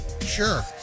Sure